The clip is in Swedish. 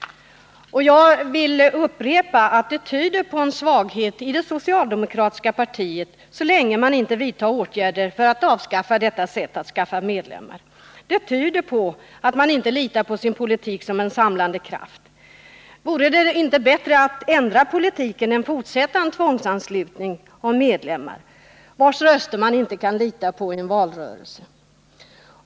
Jag vill upprepa att det tyder på en svaghet i det socialdemokratiska partiet så länge man inte vidtar åtgärder för att avskaffa detta sätt att skaffa medlemmar. Det tyder på att man inte litar på sin politik som en samlande kraft. Vore det inte bättre att ändra politik än att fortsätta med tvångsanslutning av medlemmar, vilkas röster man inte kan lita på i en valrörelse?